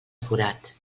forat